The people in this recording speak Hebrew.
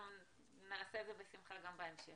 נעשה בשמחה גם בהמשך.